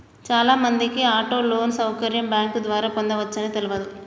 చాలామందికి auto loan సౌకర్యం bank ద్వారా పొందవచ్చని తెలవదు